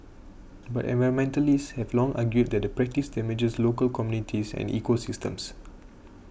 but environmentalists have long argued that the practice damages local communities and ecosystems